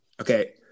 Okay